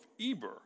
Eber